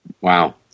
Wow